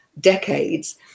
decades